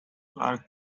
far